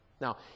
Now